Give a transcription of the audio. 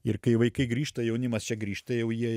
ir kai vaikai grįžta jaunimas čia grįžta jau jie